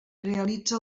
realitza